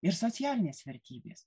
ir socialinės vertybės